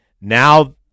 Now